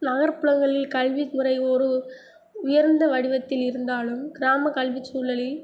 நகர்ப்புறங்களில் கல்வி முறை ஒரு உயர்ந்த வடிவத்தில் இருந்தாலும் கிராம கல்விச் சூழலில்